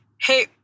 hey